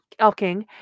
Elking